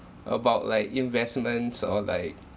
about like investments or like